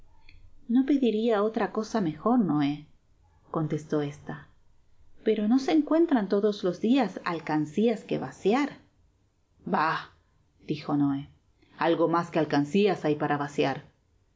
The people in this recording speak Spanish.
no pediria otra cosa mejor noé contestó estapero no s e encuentran todos los dias alcancias que vaciar ba dijo noé algo mas que alcancias hay para vaciar